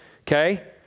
Okay